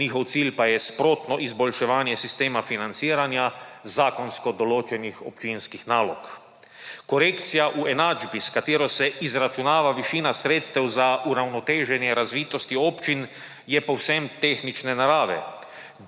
njihov cilj pa je sprotno izboljševanje sistema financiranja zakonsko določenih občinskih nalog. Korekcija v enačbi, s katero se izračunava višina sredstev za uravnoteženje razvitosti občin, je povsem tehnične narave,